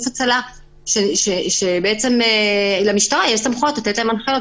הצלה ולמשטרה יש סמכויות לתת להן הנחיות.